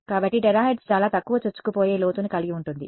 కాబట్టి టెరాహెర్ట్జ్ చాలా తక్కువ చొచ్చుకుపోయే లోతును కలిగి ఉంటుంది